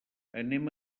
anem